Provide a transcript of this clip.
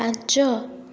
ପାଞ୍ଚ